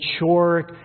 mature